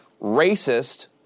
racist